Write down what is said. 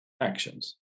actions